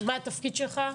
מה התפקיד שלך?